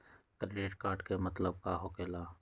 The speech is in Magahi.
क्रेडिट कार्ड के मतलब का होकेला?